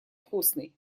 вкусный